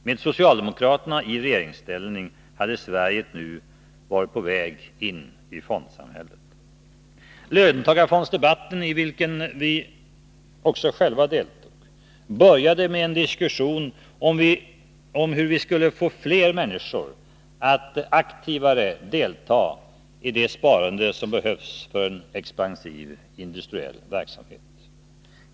Med socialdemokraterna i regeringsställning hade Sverige nu varit på väg in i fondsamhället. Löntagarfondsdebatten, i vilken vi själva också deltog, började med en diskussion om hur vi skulle få fler människor att aktivare delta i det sparande som behövs för en expansiv industriell verksamhet.